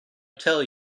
tell